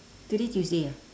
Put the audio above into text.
today tuesday ah